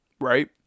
Right